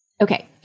Okay